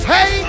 Hey